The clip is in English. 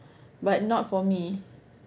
but not for me